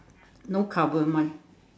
no cover mine